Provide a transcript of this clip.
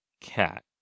cat